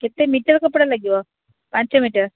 କେତେ ମିଟର କପଡ଼ା ଲାଗିବ ପାଞ୍ଚ ମିଟର